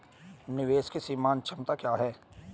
निवेश की सीमांत क्षमता क्या है?